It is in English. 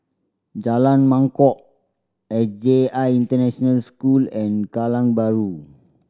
Jalan Mangkok S J I International School and Kallang Bahru